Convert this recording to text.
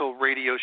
radio